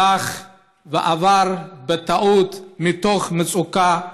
הלך ועבר בטעות, מתוך מצוקה,